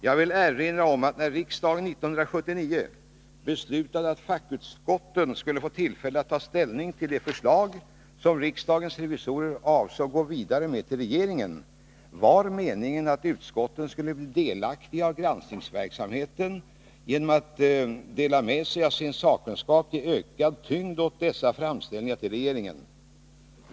Jag vill erinra om, att när riksdagen 1979 beslutade att fackutskotten skulle få tillfällen att ta ställning till de förslag som riksdagens revisorer avsåg att gå vidare med till regeringen, var meningen att utskotten skulle bli delaktiga i granskningsverksamheten och genom att dela med sig av sin sakkunskap ge ökad tyngd åt dessa framställningar till regeringen.